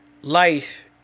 life